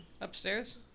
upstairs